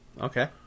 okay